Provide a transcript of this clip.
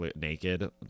naked